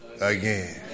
again